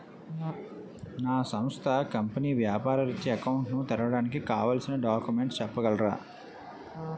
నా సంస్థ కంపెనీ వ్యాపార రిత్య అకౌంట్ ను తెరవడానికి కావాల్సిన డాక్యుమెంట్స్ చెప్పగలరా?